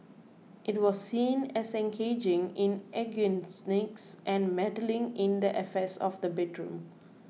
it was seen as engaging in eugenics and meddling in the affairs of the bedroom